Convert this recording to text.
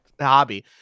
hobby